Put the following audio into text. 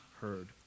heard